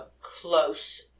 close